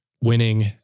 winning